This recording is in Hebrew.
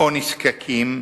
או נזקקים,